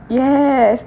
yes